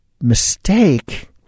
mistake